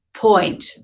point